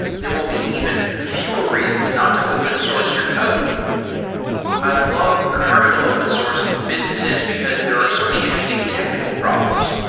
there will be even fewer reasons not to open source your code i love commercial open source businesses, because there are so many interesting technical problems.